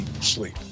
sleep